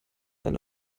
eine